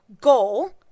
goal